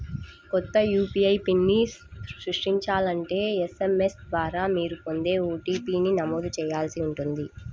కొత్త యూ.పీ.ఐ పిన్ని సృష్టించాలంటే ఎస్.ఎం.ఎస్ ద్వారా మీరు పొందే ఓ.టీ.పీ ని నమోదు చేయాల్సి ఉంటుంది